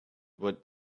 what